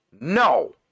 no